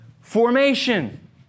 formation